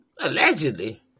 Allegedly